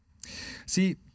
See